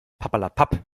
papperlapapp